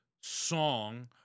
song